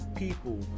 people